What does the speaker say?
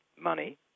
money